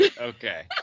Okay